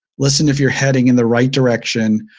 listen if you're heading in the right direction.